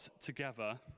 together